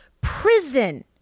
prison